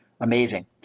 Amazing